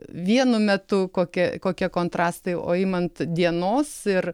vienu metu kokia kokie kontrastai o imant dienos ir